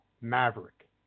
Maverick